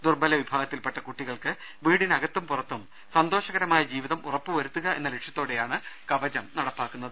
ദുർബല വിഭാഗത്തിൽപ്പെട്ട കുട്ടികൾക്ക് വീടിനകത്തും പുറത്തും സന്തോഷകരമായ ജീവിതം ഉറപ്പു വരുത്തുക എന്ന ലക്ഷ്യത്തോടെയാണ് കവചം നടപ്പാക്കുന്നത്